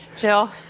Jill